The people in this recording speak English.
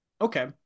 Okay